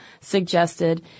suggested